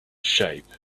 shape